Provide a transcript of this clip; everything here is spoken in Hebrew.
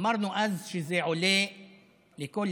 אמרנו אז שכל לשכה,